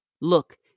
Look